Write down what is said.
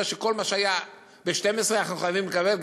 שכל מה שהיה ב-2012 אנחנו חייבים לקבל,